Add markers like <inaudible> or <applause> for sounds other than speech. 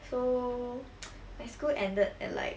so <noise> my school ended at like